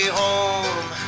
home